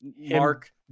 Mark